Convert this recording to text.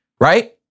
right